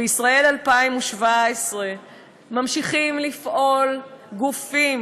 בישראל 2017 ממשיכים לפעול גופים